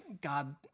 God